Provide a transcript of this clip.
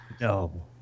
No